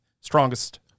strongest